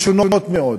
משונות מאוד.